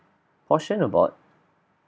caution about